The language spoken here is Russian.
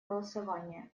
голосование